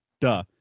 Duh